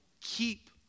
keep